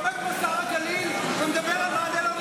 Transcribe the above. יש הרבה דברים ביורוקרטיים שאנחנו יכולים לפתור כחברי כנסת.